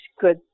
good